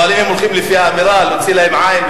אבל אם הם הולכים לפי האמירה: נוציא להם עין,